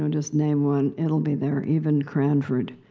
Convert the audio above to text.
um just name one. it'll be there. even cranford.